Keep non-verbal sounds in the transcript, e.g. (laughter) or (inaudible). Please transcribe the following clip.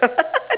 (laughs)